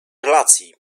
relacji